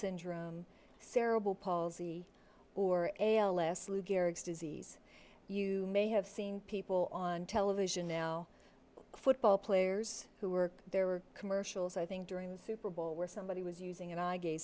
syndrome cerebral palsy or ellis lou gehrig's disease you may have seen people on television now football players who were there were commercials i think during the super bowl where somebody was using